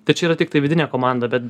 tai čia yra tiktai vidinė komanda bet